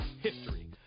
history